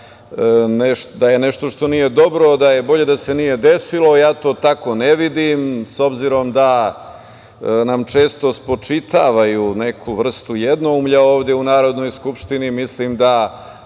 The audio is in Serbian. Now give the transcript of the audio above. da je nešto što nije dobro, da je bolje da se nije desilo, a ja to tako ne vidim. S obzirom da nam često spočitavaju neku vrstu jednoumlja ovde u Narodnoj skupštini, mislim da